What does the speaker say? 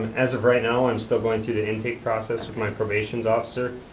as of right now, i'm still going through the intake process with my probations officer.